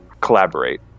collaborate